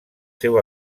seu